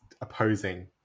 opposing